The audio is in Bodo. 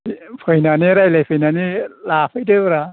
फैनानै रायज्लायफैनानै लाफैदोब्रा